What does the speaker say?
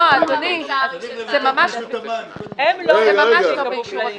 לא, זה ממש לא באישור הכנסת.